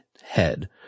head